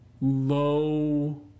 low